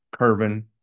Kervin